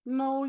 no